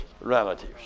relatives